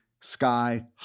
sky